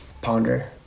ponder